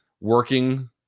working